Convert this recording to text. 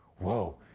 whoa,